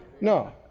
No